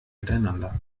miteinander